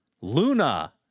Luna